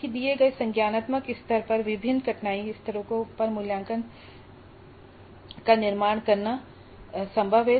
किसी दिए गए संज्ञानात्मक स्तर पर विभिन्न कठिनाई स्तरों पर मूल्यांकन मदों का निर्माण करना संभव है